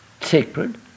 sacred